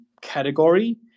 category